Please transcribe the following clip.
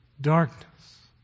darkness